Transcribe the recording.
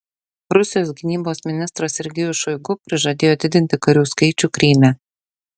rusijos gynybos ministras sergejus šoigu prižadėjo didinti karių skaičių kryme